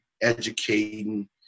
educating